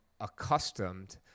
accustomed